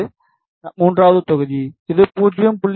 இது மூன்றாவது தொகுதி இது 0